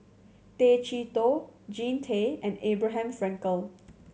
Tay Chee Toh Jean Tay and Abraham Frankel